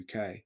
UK